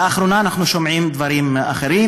לאחרונה אנחנו שומעים דברים אחרים,